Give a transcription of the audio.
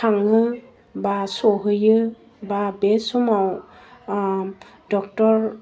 थाङो बा सहैयो बा बे समाव डक्टर